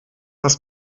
das